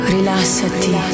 Rilassati